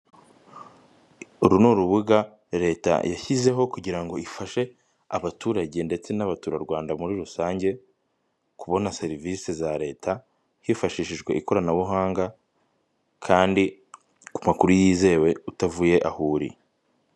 Uru ni urubuga leta yashyizeho kugira ifashe abaturage ndetse n'abaturarwanda muri rusange kubona serivisi za leta hifashijwe ikoranabuhanga kandi ku makuru yizewe utavuye aho uri.